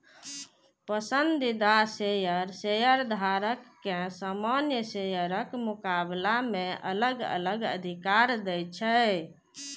पसंदीदा शेयर शेयरधारक कें सामान्य शेयरक मुकाबला मे अलग अलग अधिकार दै छै